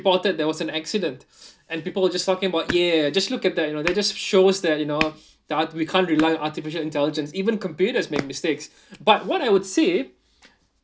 reported there was an accident and people were just talking about ya just look at that you know that just shows that you know that we can't rely on artificial intelligence even computers make mistakes but what I would say